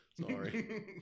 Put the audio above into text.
Sorry